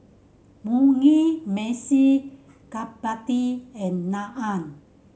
Mugi Meshi Chapati and Naan